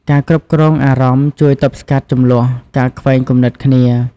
ការគ្រប់់គ្រងអារម្មណ៍ជួយទប់ស្កាត់ជម្លោះ ការខ្វែងគំនិតគ្នា។